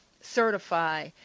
certify